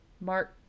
Mark